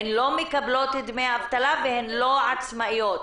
הן לא מקבלות דמי אבטלה והן לא עצמאיות.